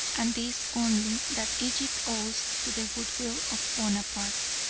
and this only, that egypt owes to the goodwill of bonaparte.